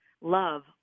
love